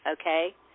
Okay